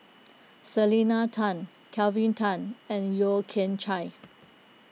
Selena Tan Kelvin Tan and Yeo Kian Chye